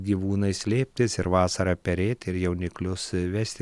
gyvūnai slėptis ir vasarą perėti ir jauniklius vesti